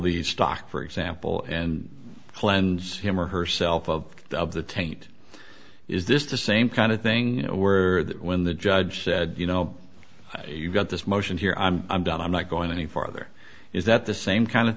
the stock for example and cleanse him or herself of the of the taint is this the same kind of thing where that when the judge said you know you got this motion here i'm i'm done i'm not going any farther is that the same kind of